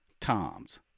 Tom's